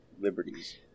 liberties